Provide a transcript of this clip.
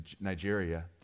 Nigeria